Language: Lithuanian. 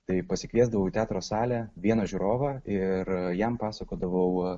tai pasikviesdavau į teatro salę vieną žiūrovą ir jam pasakodavau